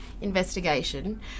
investigation